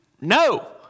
No